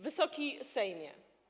Wysoki Sejmie!